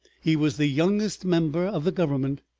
he was the youngest member of the government,